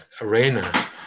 arena